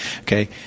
Okay